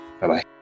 Bye-bye